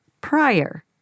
prior